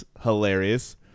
Hilarious